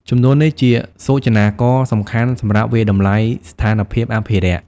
ចំនួននេះជាសូចនាករសំខាន់សម្រាប់វាយតម្លៃស្ថានភាពអភិរក្ស។